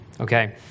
okay